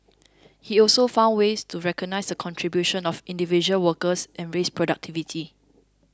he also found ways to recognise the contributions of individual workers and raise productivity